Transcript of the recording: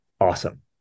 awesome